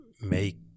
make